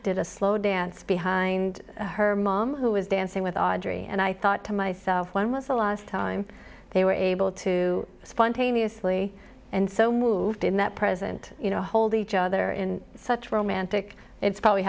did a slow dance behind her mom who was dancing with audrey and i thought to myself when was the last time they were able to spontaneously and so moved in that present you know hold each other in such romantic it's probably